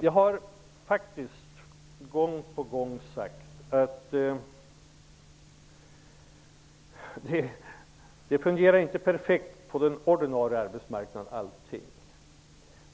Jag har gång på gång sagt att inte allt på den ordinarie arbetsmarknaden fungerar perfekt.